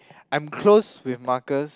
I'm close with Marcus